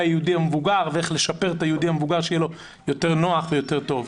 היהודי המבוגר ואיך לדאוג שלאדם המבוגר היה לו יותר נוח ויותר טוב.